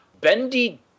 Bendy